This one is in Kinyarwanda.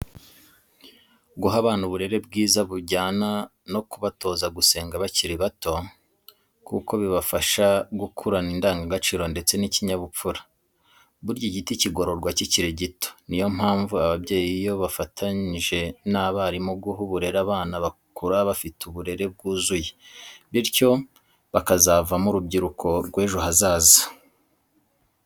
Guha abana uburere bwiza bujyana no kubatoza gusenga bakiri bato, kuko bibafasha gukurana indangagaciro ndetse n'ikinyabupfura. Burya igiti kigororwa kikiri gito ni yo mpamvu ababyeyi iyo bafatanyije n'abarimu guha uburere abana bakura bafite uburere bwuzuye, bityo bakazavamo urubyiruko rw'ejo hazaza.